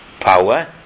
Power